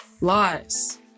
lies